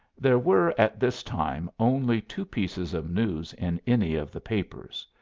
there were, at this time, only two pieces of news in any of the papers.